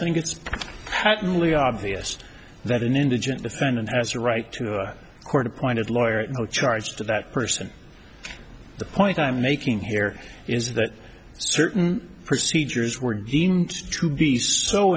think it's patently obvious that an indigent defendant has a right to a court appointed lawyer no charge to that person the point i'm making here is that certain procedures were deemed to be so